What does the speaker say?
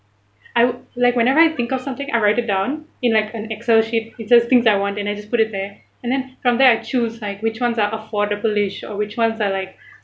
I like whenever I think of something I write it down in like an excel sheet it's just things that I want then I just put it there and then from there I choose like which ones are affordable list or which ones I like